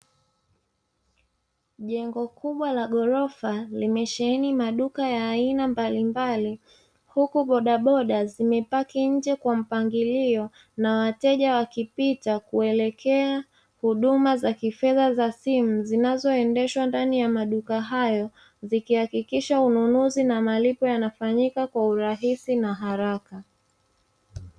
Jengo kubwa la ghorofa limesheheni maduka ya aina mbalimbali. Huku bodaboda zimepaki nje kwa mpangilio. Na wateja wakipita kuelekea huduma za kifedha za simu zinazoendeshwa ndani ya maduka hayo, zikihakisha ununuzi na malipo yanafanyika kwa urahisi na haraka.